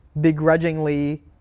begrudgingly